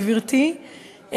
גברתי,